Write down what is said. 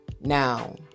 Now